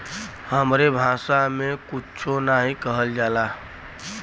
हमरे भासा मे कुच्छो नाहीं कहल जाला